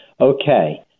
Okay